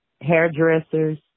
hairdressers